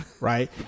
right